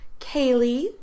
Kaylee